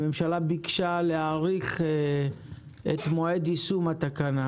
הממשלה ביקשה להאריך את מועד יישום התקנה.